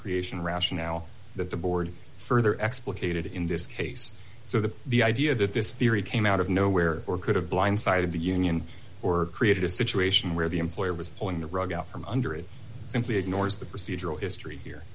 creation rationale that the board further explicated in this case so that the idea that this theory came out of nowhere or could have blindsided the union or created a situation where the employer was pulling the rug out from under it simply ignores the procedural history here